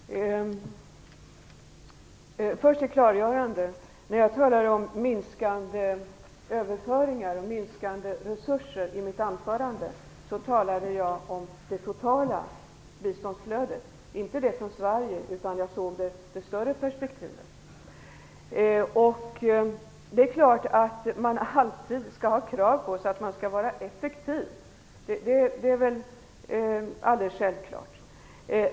Herr talman! Först vill jag göra ett klargörande. När jag talade om minskande överföringar och resurser i mitt anförande, talade jag om det totala biståndsflödet. Det var inte från Sverige utan i det större perspektivet. Man skall alltid ha kravet på sig att vara effektiv. Det är väl alldeles självklart.